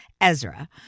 Ezra